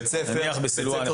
נניח בסילוואן,